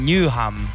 Newham